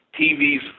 TV's